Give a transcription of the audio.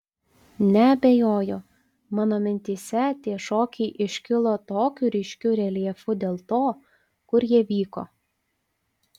neabejoju mano mintyse tie šokiai iškilo tokiu ryškiu reljefu dėl to kur jie vyko